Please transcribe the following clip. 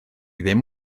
ddim